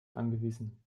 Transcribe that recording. angewiesen